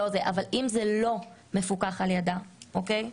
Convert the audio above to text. אבל אם זה לא מפוקח על ידה --- אנחנו